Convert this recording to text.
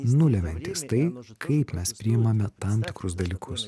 nulemiantys tai kaip mes priimame tam tikrus dalykus